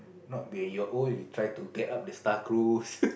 not when you're old you try to get up the star cruise